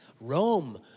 Rome